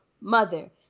mother